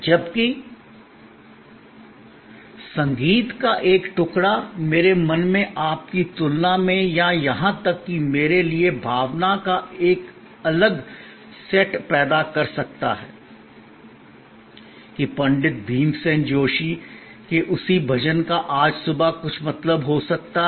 जबकि संगीत का एक टुकड़ा मेरे मन में आपकी तुलना में या यहां तक कि मेरे लिए भावना का एक अलग सेट पैदा कर सकता है कि पंडित भीमसेन जोशी के उसी भजन का आज सुबह कुछ मतलब हो सकता है